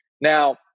now